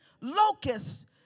locusts